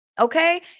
Okay